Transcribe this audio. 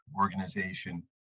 organization